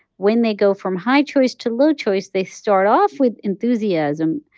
when they go from high choice to low choice, they start off with enthusiasm.